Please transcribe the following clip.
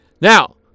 Now